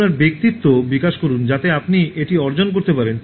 আপনার ব্যক্তিত্ব বিকাশ করুন যাতে আপনি এটি অর্জন করতে পারেন